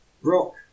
Brock